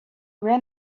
ran